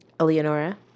Eleonora